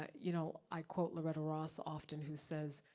ah you know i quote loretta ross often, who says,